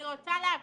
אני רוצה להבין.